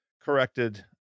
corrected